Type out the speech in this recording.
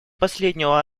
последнего